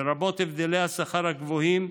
לרבות הבדלי השכר הגבוהים,